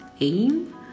Aim